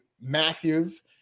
matthews